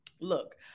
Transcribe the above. Look